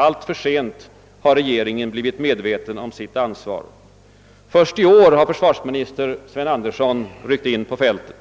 Alltför sent har regeringen blivit medveten om sitt ansvar. Först i år har försvarsminister Sven Andersson ryckt in på fältet,